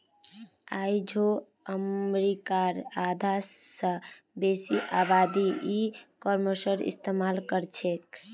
आइझो अमरीकार आधा स बेसी आबादी ई कॉमर्सेर इस्तेमाल करछेक